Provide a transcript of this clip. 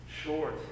short